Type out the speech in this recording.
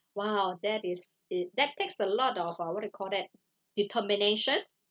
!wow! that is it that takes a lot of uh what you call that determination